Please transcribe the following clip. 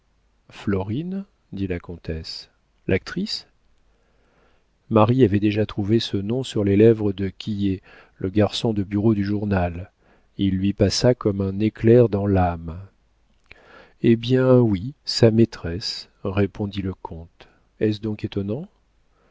florine dit la comtesse l'actrice marie avait déjà trouvé ce nom sur les lèvres de quillet le garçon de bureau du journal il lui passa comme un éclair dans l'âme eh bien oui sa maîtresse répondit le comte est-ce donc étonnant